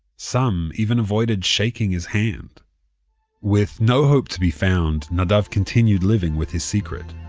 some even avoided shaking his hand with no hope to be found, nadav continued living with his secret.